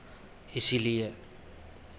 इसीलिए